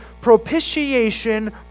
propitiation